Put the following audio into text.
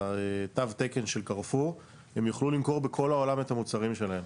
תו התקן של 'קרפור' הם יוכלו למכור בכל העולם את המוצרים שלהם.